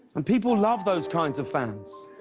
and people love those kinds of fans.